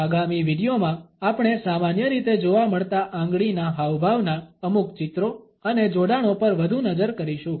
આગામી વિડીયોમાં આપણે સામાન્ય રીતે જોવા મળતા આંગળીના હાવભાવના અમુક ચિત્રો અને જોડાણો પર વધુ નજર કરીશું